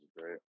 great